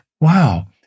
wow